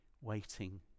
waiting